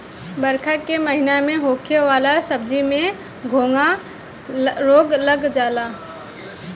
बरखा के महिना में होखे वाला सब्जी में भी घोघा रोग लाग जाला